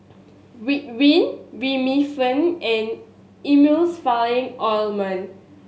Ridwind Remifemin and Emulsying Ointment